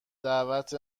دعوت